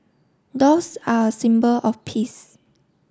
doves are a symbol of peace